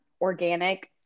organic